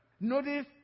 Notice